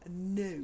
No